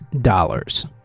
dollars